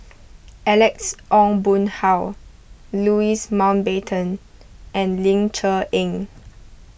Alex Ong Boon Hau Louis Mountbatten and Ling Cher Eng